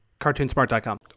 CartoonSmart.com